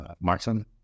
Martin